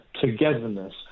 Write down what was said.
togetherness